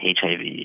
HIV